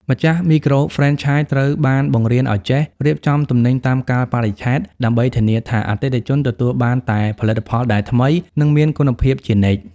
ម្ចាស់មីក្រូហ្វ្រេនឆាយត្រូវបានបង្រៀនឱ្យចេះ "រៀបចំទំនិញតាមកាលបរិច្ឆេទ" ដើម្បីធានាថាអតិថិជនទទួលបានតែផលិតផលដែលថ្មី និងមានគុណភាពជានិច្ច។